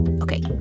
Okay